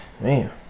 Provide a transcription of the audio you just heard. Man